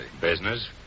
Business